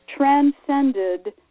transcended